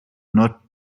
not